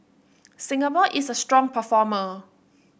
Singapore is a strong performer